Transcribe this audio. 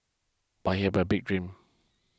but he have a big dream